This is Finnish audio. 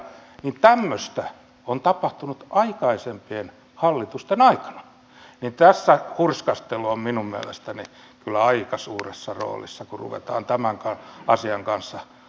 kun tämmöistä on tapahtunut aikaisempien hallitusten aikana niin tässä hurskastelu on minun mielestäni kyllä aika suuressa roolissa kun ruvetaan tämän asian kanssa toimimaan